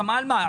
הסכמה על מה?